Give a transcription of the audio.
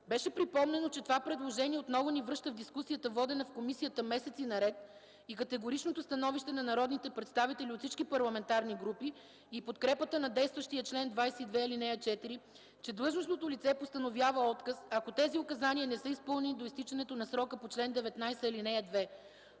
Беше припомнено, че това предложение отново ни връща в дискусията, водена в комисията месеци наред, и категоричното становище на народните представители от всички парламентарни групи и подкрепата на действащия чл. 22, ал. 4, че длъжностното лице постановява отказ, ако тези указания не са изпълнени до изтичането на срока по чл.19, ал. 2,